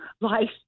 life